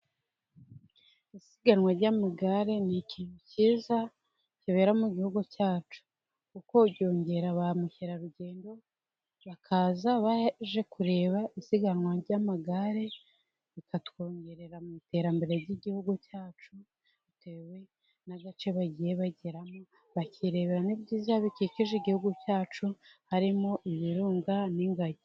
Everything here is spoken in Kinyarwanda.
Isiganwa ry'amagare ni ikintu cyiza kibera mu gihugu cyacu kuko byongera ba mukerarugendo, bakaza baje kureba isiganwa ry'amagare bikatwongerera mu iterambere ry'igihugu cyacu, bitewe n'agace bagiye bageramo bakirebera n'ibyiza bikikije igihugu cyacu harimo ibirunga n'ingagi.